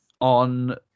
on